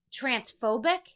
transphobic